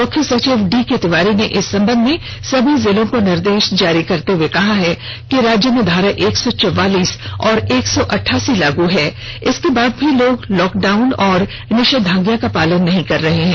मुख्य सचिव डीके तिवारी ने इस संबंध में सभी जिलों को निर्देश जारी करते हुए कहा है कि राज्य में धारा एक सौ चौवालीस और एक सौ अठासी लागू है इसके बाद भी लोग लॉकडाउन और निषेधाज्ञा का पालन नहीं कर रहे हैं